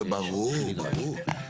זה ברור, ברור.